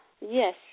yes